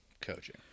coaching